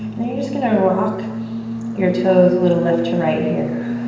then you're just gonna rock your toes a little left to right here.